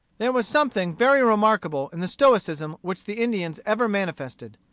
there was something very remarkable in the stoicism which the indians ever manifested.